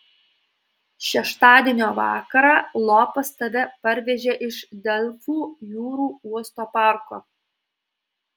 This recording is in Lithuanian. šeštadienio vakarą lopas tave parvežė iš delfų jūrų uosto parko